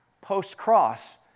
post-cross